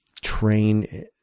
train